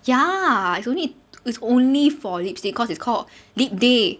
ya it's only it's only for lipstick cause it's called lip day